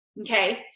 okay